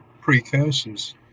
precursors